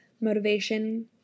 motivation